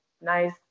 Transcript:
nice